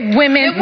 women